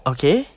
Okay